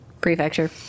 Prefecture